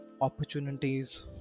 opportunities